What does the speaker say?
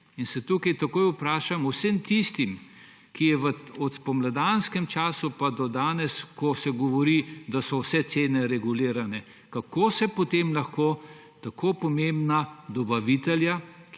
se takoj vprašam o vsem tistem, ko se v spomladanskem času pa do danes govori, da so vse cene regulirane. Kako sta potem lahko tako pomembna dobavitelja,